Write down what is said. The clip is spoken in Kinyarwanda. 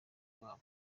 rwabo